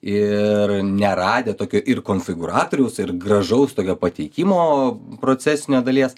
ir neradę tokio ir konfigūratoriaus ir gražaus tokio pateikimo procesinio dalies